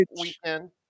weekend